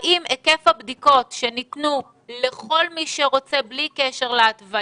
האם היקף הבדיקות שניתנו לכל מי שרוצה להיבדק